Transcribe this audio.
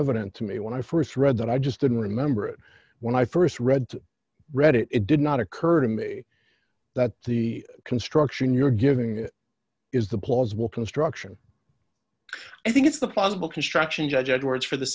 evident to me when i st read that i just didn't remember it when i st read read it it did not occur to me that the construction you're giving is the plausible construction i think it's the possible construction judge edwards for the